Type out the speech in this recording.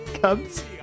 Cubs